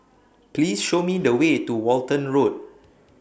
Please Show Me The Way to Walton Road